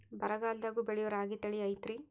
ಬರಗಾಲದಾಗೂ ಬೆಳಿಯೋ ರಾಗಿ ತಳಿ ಐತ್ರಿ?